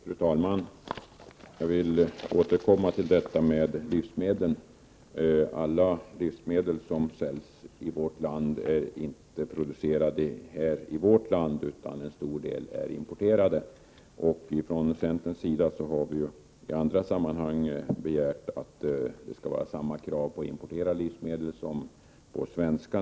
Fru talman! Jag vill återkomma till detta med livsmedlen. Inte alla livsmedel som säljs i vårt land är producerade här, utan en stor del har importerats. Från centerns sida har vi i andra sammanhang begärt att det skall ställas samma krav på importerade livsmedel som på svenska.